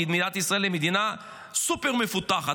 כי מדינת ישראל היא מדינה סופר מפותחת,